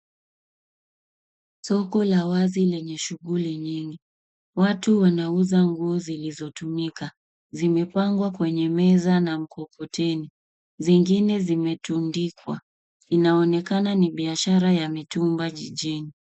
Soko la wazi lenye shughuli nyingi. Watu wanauza nguo zilizotumika. Zimepangwa kwenye meza na mkokoteni. Zingine zimetundikwa. Inaonekana ni biashara ya mitumba jijini.